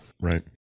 Right